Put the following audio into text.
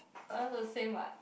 around the same what